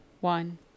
one